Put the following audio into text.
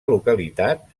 localitat